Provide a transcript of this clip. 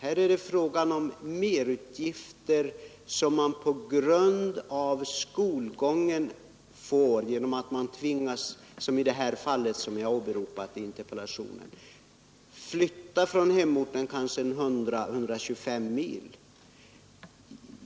Här är det fråga om merutgifter som man på grund av skolgången får genom att man tvingas som i det fall jag åberopat i interpellationen flytta från hemorten, kanske 100 å 125 mil.